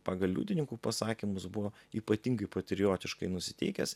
pagal liudininkų pasakymus buvo ypatingai patriotiškai nusiteikęs